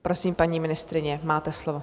Prosím, paní ministryně, máte slovo.